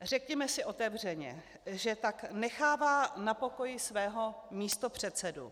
Řekněme si otevřeně, že tak nechává na pokoji svého místopředsedu.